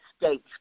States